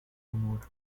amor